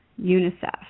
Unicef